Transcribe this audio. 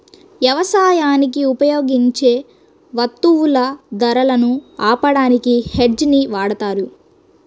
యవసాయానికి ఉపయోగించే వత్తువుల ధరలను ఆపడానికి హెడ్జ్ ని వాడతారు